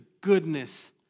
goodness